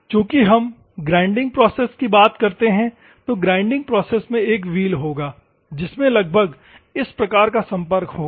चूंकि हम grinding process की बात करते हैं तो ग्राइंडिंग प्रोसेस में एक व्हील होगा जिसमें लगभग इस प्रकार का संपर्क होगा